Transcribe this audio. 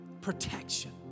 protection